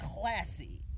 classy